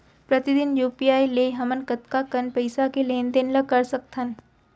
प्रतिदन यू.पी.आई ले हमन कतका कन पइसा के लेन देन ल कर सकथन?